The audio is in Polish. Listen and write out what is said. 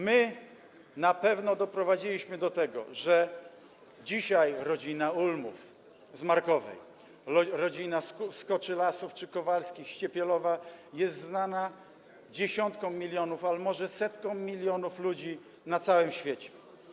My na pewno doprowadziliśmy do tego, że dzisiaj rodzina Ulmów z Markowej, rodzina Skoczylasów czy rodzina Kowalskich z Ciepielowa są znane dziesiątkom milionów, a może setkom milionów, ludzi na całym świecie.